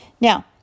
Now